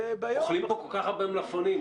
אוכלים כאן כל כך הרבה מלפפונים.